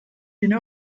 بینه